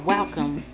Welcome